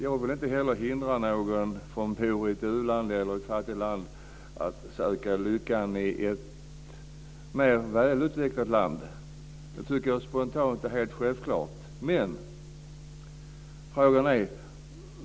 Jag vill inte heller hindra någon som bor i ett u-land eller i ett fattigt land att söka lyckan i ett mer välutvecklat land. Det tycker jag spontant och helt självklart.